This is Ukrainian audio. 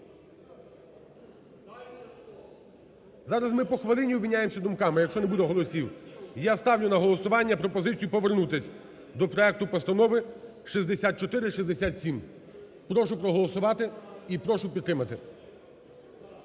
Зараз ми по хвилині обміняємося думками, якщо не буде голосів. І я ставлю на голосування пропозицію повернутись до проекту Постанови 6467. Прошу проголосувати і прошу підтримати.